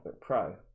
Pro